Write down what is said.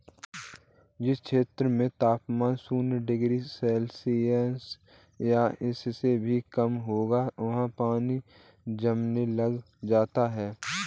जिस क्षेत्र में तापमान शून्य डिग्री सेल्सियस या इससे भी कम होगा वहाँ पानी जमने लग जाता है